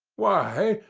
why,